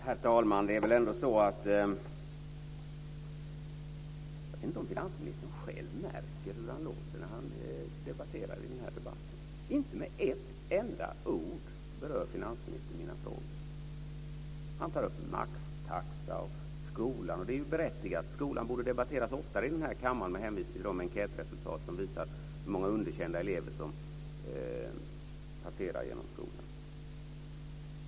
Herr talman! Jag vet inte om finansministern själv märker hur han låter när han debatterar i denna debatt. Inte med ett enda ord berör finansministern mina frågor. Han tar upp maxtaxa och skolan. Det är berättigat. Skolan borde debatteras oftare i denna kammare med hänvisning till de enkätresultat som visar hur många underkända elever som passerar genom skolan.